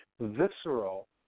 visceral